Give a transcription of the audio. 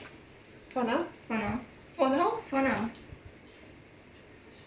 for now for now